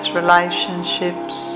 relationships